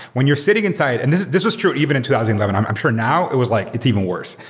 when you're sitting inside and this this was true even in two thousand and eleven. i'm i'm sure now it was like it's even worse.